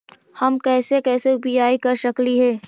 हम कैसे कैसे यु.पी.आई कर सकली हे?